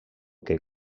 que